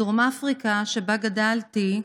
בדרום אפריקה, שבה גדלתי,